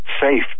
safe